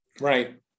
Right